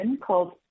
called